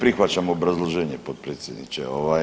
Ne prihvaćam obrazloženje potpredsjedniče.